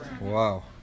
Wow